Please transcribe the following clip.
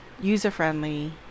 user-friendly